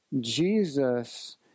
Jesus